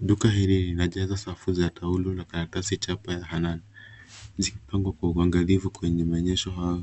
Duka hili linajaza safu za taulo na karatasi chapa za Hannan zikipangwa kwa uangalifu kwenye maonyesho ya